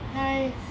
!hais!